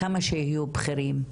כמה שיהיו בכירים,